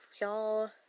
y'all